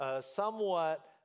somewhat